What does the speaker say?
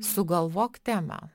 sugalvok temą